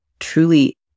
truly